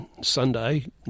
Sunday